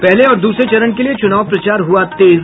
पहले और दूसरे चरण के लिए चुनाव प्रचार हुआ तेज